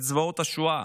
את זוועות השואה.